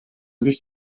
sich